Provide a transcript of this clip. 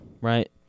right